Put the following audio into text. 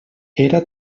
era